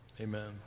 Amen